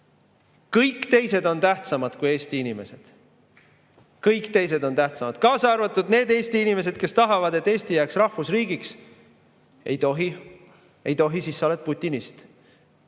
kõik teised on tähtsamad kui Eesti inimesed. Kõik teised on tähtsamad! Kaasa arvatud need Eesti inimesed, kes tahavad, et Eesti jääks rahvusriigiks. Ei tohi! Ei tohi, sest siis sa oled putinist.